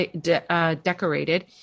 decorated